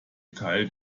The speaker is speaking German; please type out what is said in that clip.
teil